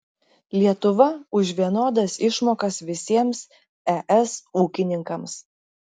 lietuva už vienodas išmokas visiems es ūkininkams